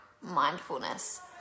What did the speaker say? mindfulness